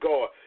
God